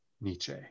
Nietzsche